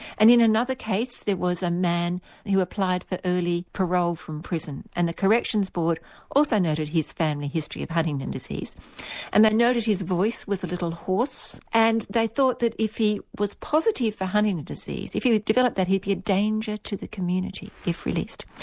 and in another case there was a man who applied for early parole from prison and the corrections board also noted his family history of huntington disease and they noted his voice was a little hoarse and they thought that if he was positive for huntington disease, if he developed that he would be a danger to the community if released.